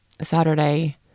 Saturday